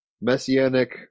messianic